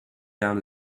down